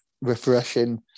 refreshing